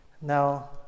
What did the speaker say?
Now